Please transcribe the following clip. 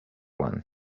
won